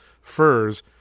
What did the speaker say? furs